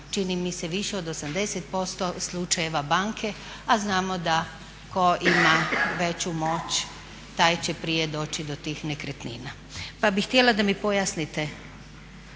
čini mi se više od 80% slučajeva banke, a znamo da tko ima veću moć taj će prije doći do tih nekretnina. Pa bih htjela da mi pojasnite